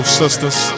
sisters